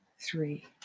three